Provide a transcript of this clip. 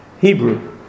Hebrew